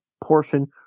portion